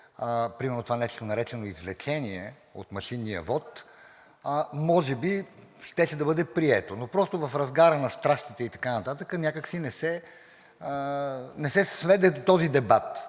примерно това нещо, наречено извлечение от машинния вот, може би щеше да бъде прието. Но просто в разгара на страстите и така нататък някак си не се сведе до този дебат.